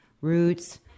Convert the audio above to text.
roots